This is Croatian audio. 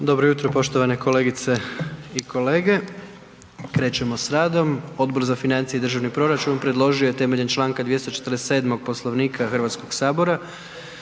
Dobro jutro poštovane kolegice i kolege. Krećemo s radom. Odbor za financije i državni proračun predložio je temeljem članka 247. Poslovnika Hrvatskog sabora